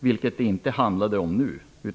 vilket det inte gjorde nu.